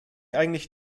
eigentlich